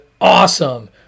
awesome